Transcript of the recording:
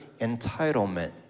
entitlement